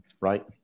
right